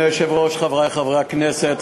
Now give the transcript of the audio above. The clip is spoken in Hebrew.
מפני שהוא חרדי זו גזענות על כל המשתמע מכך.